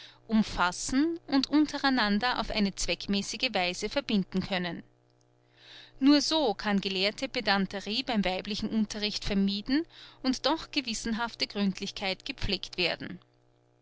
umfassen und untereinander auf eine zweckmäßige weise verbinden können nur so kann gelehrte pedanterie beim weiblichen unterricht vermieden und doch gewissenhafte gründlichkeit gepflegt werden